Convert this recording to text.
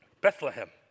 Bethlehem